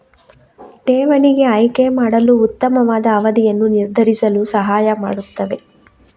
ಠೇವಣಿಗೆ ಆಯ್ಕೆ ಮಾಡಲು ಉತ್ತಮವಾದ ಅವಧಿಯನ್ನು ನಿರ್ಧರಿಸಲು ಸಹಾಯ ಮಾಡುತ್ತದೆ